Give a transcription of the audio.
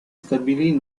stabilì